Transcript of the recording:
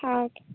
ஆ okay